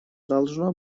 должно